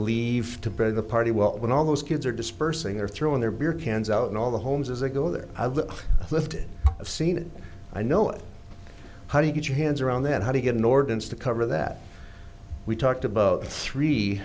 leave to bed the party well when all those kids are dispersing they're throwing their beer cans out all the homes as they go there i've left it i've seen it i know it how do you get your hands around that how to get an ordinance to cover that we talked about three